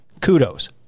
Kudos